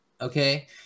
Okay